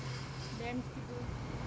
damn sticker